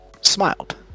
smiled